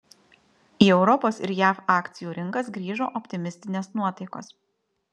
į europos ir jav akcijų rinkas grįžo optimistinės nuotaikos